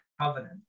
covenant